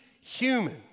human